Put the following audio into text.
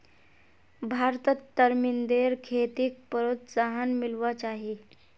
भारतत तरमिंदेर खेतीक प्रोत्साहन मिलवा चाही